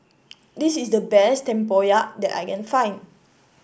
this is the best Tempoyak that I can find